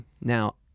Now